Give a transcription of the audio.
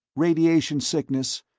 radiation sickness,